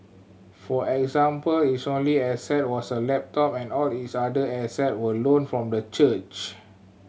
for example its only asset was a laptop and all its other asset were loaned from the church